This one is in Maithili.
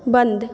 बन्द